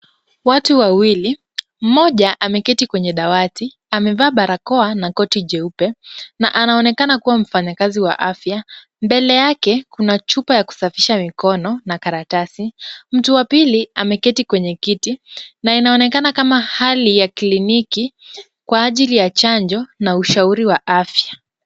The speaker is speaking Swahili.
Watu wawili, mmoja ameketi kwenye dawati amevaa barakoa na koti jeupe na anaonekana kuwa mfanyakazi wa afya. Mbele yake kuna chupa ya kusafisha mikono na karatasi. Mtu wa pili, ameketi kwenye kiti na inaonekana kama hali ya kliniki kwa ajili ya chanjo na ushauri wa afya.